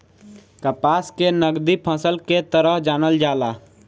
कपास के नगदी फसल के तरह जानल जाला